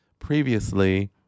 previously